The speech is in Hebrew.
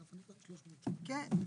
כן.